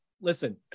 listen